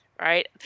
Right